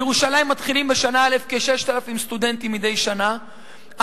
מתחילים שנה א' כ-6,000 סטודנטים מדי שנה,